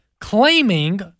claiming